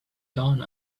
done